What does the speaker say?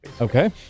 Okay